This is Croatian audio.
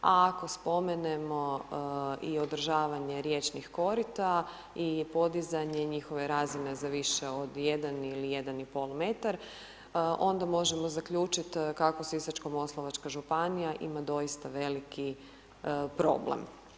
A ako spomenemo i održavanje riječnih korita i podizanje njihove razine za više od 1 ili 1,5 m onda možemo zaključiti kako Sisačko-moslavačka županija ima doista veliki problem.